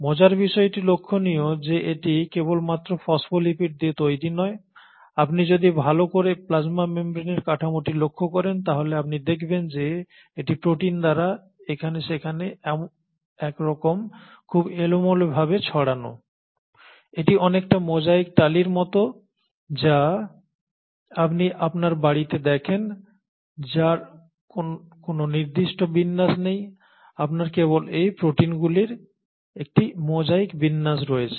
মজার বিষয়টি লক্ষণীয় যে এটি কেবলমাত্র ফসফোলিপিড দিয়ে তৈরি নয় আপনি যদি ভালোকরে প্লাজমা মেমব্রেনের কাঠামোটি লক্ষ্য করেন তাহলে আপনি দেখবেন যে এটি প্রোটিন দ্বারা এখানে সেখানে একরকম খুব এলোমেলো ভাবে ছড়ানো এটি অনেকটা মোজাইক টাইলগুলির মত যা আপনি আপনার বাড়িতে দেখেন যার কোন নির্দিষ্ট বিন্যাস নেই আপনার কেবল এই প্রোটিনগুলির একটি মোজাইক বিন্যাস রয়েছে